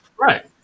Right